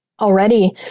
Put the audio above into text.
Already